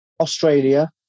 australia